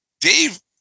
Dave